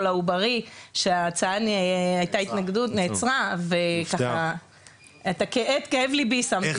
העוברי שההצעה נעצרה ואת כאב ליבי שמתי פה.